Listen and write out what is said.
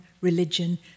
religion